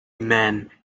man